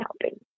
helping